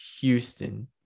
Houston